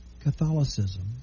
Catholicism